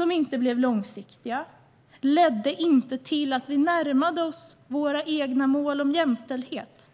inte, blev inte långsiktiga och ledde inte till att vi närmade oss våra egna mål om jämställdhet.